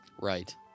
Right